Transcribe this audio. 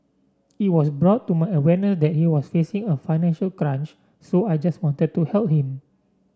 it was brought to my awareness that he was facing a financial crunch so I just wanted to help him